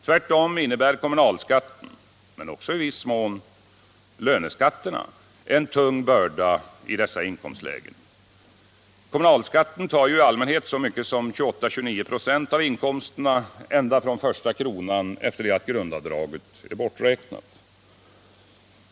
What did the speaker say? Tvärtom innebär kommunalskatten men också i viss utsträckning löneskatterna en tung börda i dessa inkomstlägen. Kommunalskatten tar ju i allmänhet så mycket som 28-29 26 av inkomsten ända från första kronan efter det att grundavdraget är borträknat.